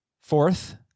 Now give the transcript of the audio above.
Fourth